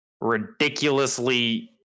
ridiculously